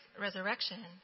resurrection